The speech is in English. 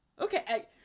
Okay